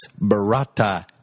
Barata